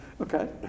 Okay